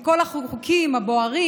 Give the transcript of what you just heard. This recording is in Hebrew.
מכל החוקים הבוערים,